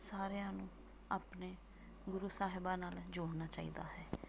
ਸਾਰਿਆਂ ਨੂੰ ਆਪਣੇ ਗੁਰੂ ਸਾਹਿਬਾਨ ਨਾਲ ਜੋੜਨਾ ਚਾਹੀਦਾ ਹੈ